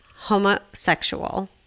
homosexual